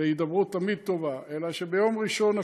והידברות תמיד טובה, אלא שביום ראשון הקרוב,